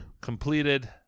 completed